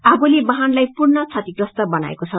आगोले वाहनलाई पूर्ण क्षतिग्रस्त बनाएको छ